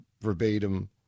Verbatim